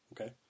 Okay